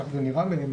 ככה זה נשמע להם,